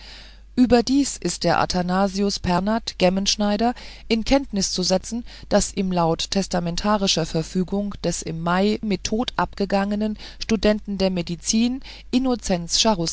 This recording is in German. überdies ist der athanasius pernath gemmenschneider in kenntnis zu setzen daß ihm laut testamentarischer verfügung des im mai mit tod abgegangenen stud med